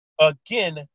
Again